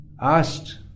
asked